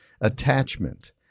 attachment